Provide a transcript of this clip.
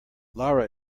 lara